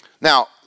Now